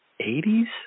80s